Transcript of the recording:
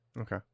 Okay